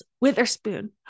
Witherspoon